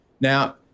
Now